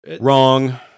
Wrong